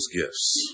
gifts